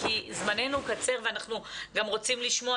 כי זמננו קצר ואנחנו גם רוצים לשמוע